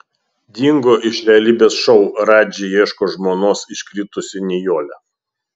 dingo iš realybės šou radži ieško žmonos iškritusi nijolė